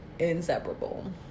inseparable